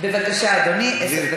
בבקשה, אדוני, עשר דקות.